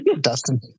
Dustin